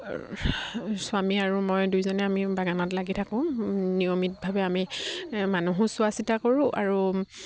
স্বামী আৰু মই দুইজনে আমি বাগানত লাগি থাকোঁ নিয়মিতভাৱে আমি মানুহো চোৱা চিতা কৰোঁ আৰু